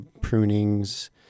prunings